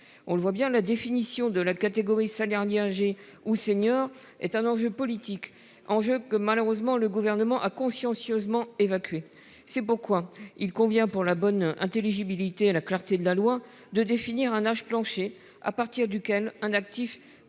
on le voit bien la définition de la catégorie sa dernière. Ou senior est un enjeu politique en que malheureusement le gouvernement a consciencieusement évacués c'est beaux coins il convient pour la bonne intelligibilité à la clarté de la loi de définir un âge plancher à partir duquel un actif